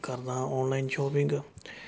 ਕਰਦਾ ਹਾਂ online shopping